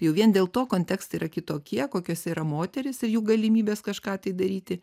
jau vien dėl to kontekstai yra kitokie kokios yra moterys ir jų galimybės kažką tai daryti